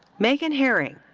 meghan herring.